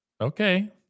Okay